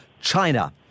China